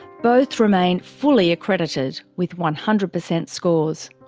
both remain fully accredited, with one hundred percent scores.